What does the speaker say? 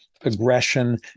aggression